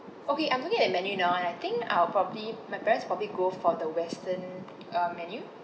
okay I'm looking at the menu now and I think I'll probably my parents probably go for the western uh menu